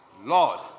Lord